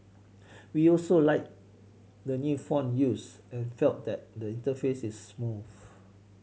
we also liked the new font used and felt that the interface is smooth